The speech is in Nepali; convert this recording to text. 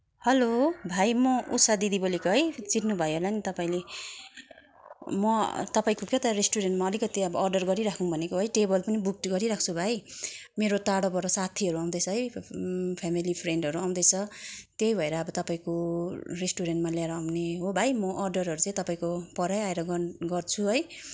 हेलो भाइ म उषा दिदी बोलेको है चिन्नुभयो होला नि तपाईँले म तपाईँको के त रेस्टुरेन्टमा अलिकति अब अर्डर गरिराखौँ भनेको है टेबल पनि बुक्ड गरिराख्छु भाइ मेरो टाढोबट साथीहरू आउँदैछ है फेमिली फ्रेन्डहरू आउँदैछ त्यही भएर अब तपाईँको रेस्टुरेन्टमा लिएर आउने हो भाइ म अर्डरहरू चाहिँ तपाईँको परै आएर गन गर्छु है